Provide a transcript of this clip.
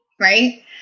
right